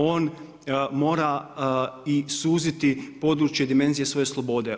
On mora i suziti područje dimenzije svoje slobode.